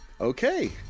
Okay